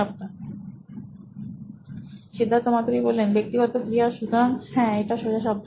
Siddharth Maturi C E O নোইন electronics ব্যক্তিগত ক্রিয়া সুতরাং হ্যাঁ এটা সোজাসাপ্টা